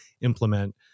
implement